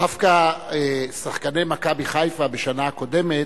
דווקא שחקני "מכבי חיפה" בשנה הקודמת